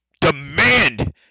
Demand